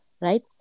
right